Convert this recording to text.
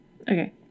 Okay